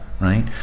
Right